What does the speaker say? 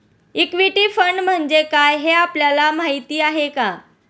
Equity fund म्हणजे काय, हे आपल्याला माहीत आहे का?